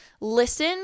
Listen